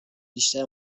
بیشتر